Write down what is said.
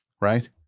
Right